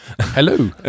hello